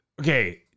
Okay